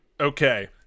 Okay